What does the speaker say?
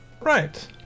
Right